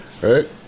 Right